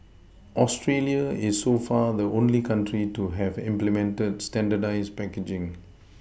Australia is so far the only country to have implemented standardised packaging